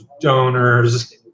donors